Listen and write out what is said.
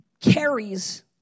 carries